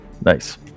Nice